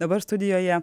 dabar studijoje